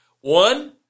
One